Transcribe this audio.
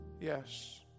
Yes